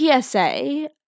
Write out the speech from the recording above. PSA